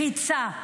לחיצה,